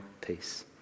peace